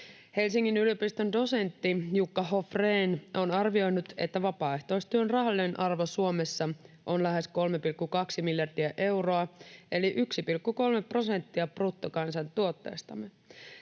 Helsingin yliopiston dosentti Jukka Hoffrén on arvioinut, että vapaaehtoistyön rahallinen arvo Suomessa on lähes 3,2 miljardia euroa eli 1,3 prosenttia bruttokansantuotteestamme.